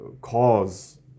cause